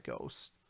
ghosts